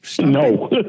No